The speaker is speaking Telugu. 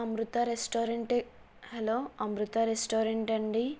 అమృత రెస్టారెంటే హలో అమృత రెస్టారెంట్ అండీ